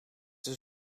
dus